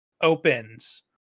opens